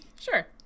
Sure